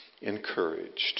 encouraged